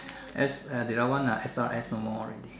S uh the other one ah S R S no more already